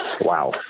wow